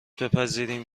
بپذیریم